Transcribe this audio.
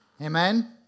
Amen